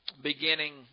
beginning